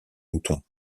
moutons